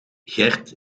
gerd